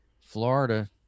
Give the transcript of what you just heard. florida